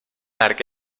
arc